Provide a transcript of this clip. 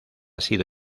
sido